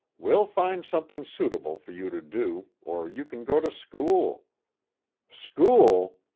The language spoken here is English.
we'll find something suitable for you to do, or you can go to school school!